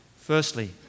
firstly